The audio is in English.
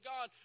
God